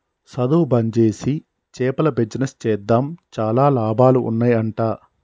సధువు బంజేసి చేపల బిజినెస్ చేద్దాం చాలా లాభాలు ఉన్నాయ్ అంట